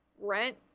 Rent